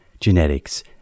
genetics